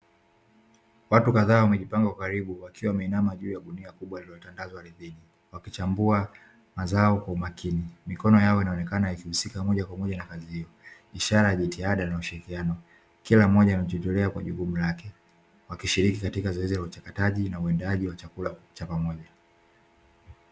Watu kadhaa wamejipanga kwa karibu wakiwa wameinama juu ya gunia kubwa lililotandazwa ardhini, wakichambua mazao kwa umakini. Mikono yao inaonekana ikihusika moja kwa moja na kazi hiyo, ishara ya jitihada na ushirikiano. Kila mmoja anajitolea kwa jukumu lake, wakishiriki katika zoezi la uchakataji na uandaaji wa chakula cha pamoja.